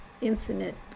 infinite